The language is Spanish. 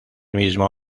mismo